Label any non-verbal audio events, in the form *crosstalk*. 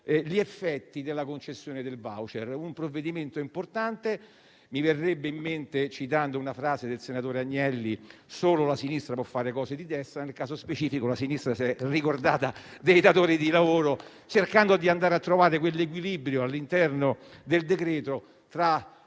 gli effetti della concessione dei *voucher*. Si tratta di un provvedimento importante; mi verrebbe in mente - citando una frase del senatore Agnelli - che solo la sinistra può fare cose di destra. *applause* Nel caso specifico, la sinistra si è ricordata dei datori di lavoro, cercando di andare a trovare quell'equilibrio all'interno del decreto tra